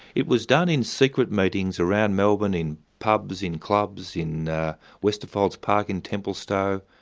it was done in secret meetings around melbourne in pubs, in clubs, in westerfolds park in templestowe,